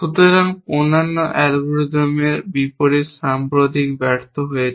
সুতরাং অন্যান্য অ্যালগরিদমের বিপরীতে সাম্প্রতিক ব্যর্থ হয়েছে